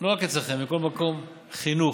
לא רק אצלכם, בכל מקום, חינוך,